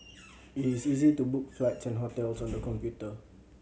it is easy to book flights and hotels on the computer